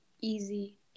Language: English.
easy